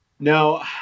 No